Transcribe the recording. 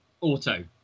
auto